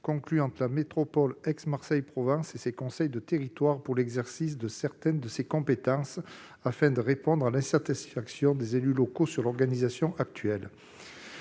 conclues entre la métropole d'Aix-Marseille-Provence et ses conseils de territoire pour l'exercice de certaines de ses compétences afin de répondre à l'insatisfaction des élus locaux sur l'organisation actuelle.